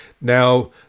Now